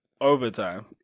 overtime